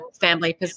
family